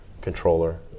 controller